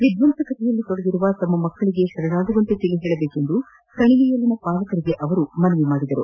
ವಿದ್ವಂಸಕತೆಯಲ್ಲಿ ತೊಡಗಿರುವ ತಮ್ಮ ಮಕ್ಕಳಿಗೆ ಶರಣಾಗುವಂತೆ ತಿಳಿಹೇಳುವಂತೆ ಕಣಿವೆಯಲ್ಲಿನ ಪಾಲಕರಿಗೆ ಅವರು ಮನವಿ ಮಾಡಿದರು